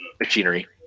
machinery